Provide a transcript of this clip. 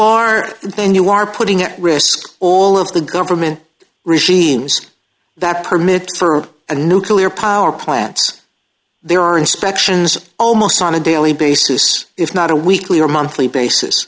then you are putting at risk all of the government regimes that permit for a nuclear power plants there are inspections almost on a daily basis if not a weekly or monthly basis